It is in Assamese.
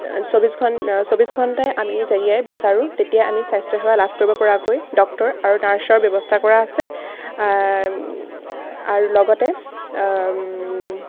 চৌব্বিছ ঘণ চৌব্বিছ ঘণ্টাই আমি বিচাৰোঁ তেতিয়া আমি স্বাস্থ্য সেৱা লাভ কৰিব পৰাকৈ ডক্টৰ আৰু নাৰ্ছৰ ব্যৱস্থা কৰা আছে আৰু লগতে